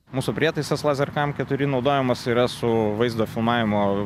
mūsų prietaisas lazerkam keturi naudojamas yra su vaizdu filmavimo